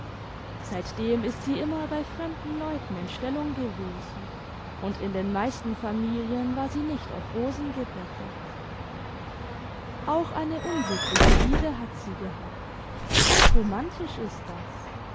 seitdem ist sie inmier bei fremden leuten in stellung gewesen und in den meisten familien war sie nicht auf rosen gebettet auch eine unglückliche liebe hat sie gehabt ganz romantisch ist das